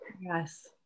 Yes